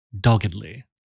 doggedly